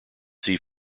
sea